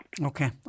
Okay